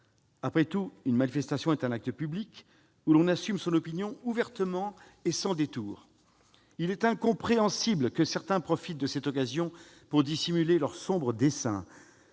Après tout, une manifestation est un acte public, où l'on assume son opinion ouvertement et sans détour. Il est incompréhensible que certains profitent de cette occasion pour dissimuler leurs sombres desseins.